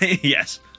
Yes